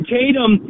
Tatum